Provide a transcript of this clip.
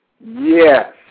Yes